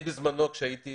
בזמנו, עת הייתי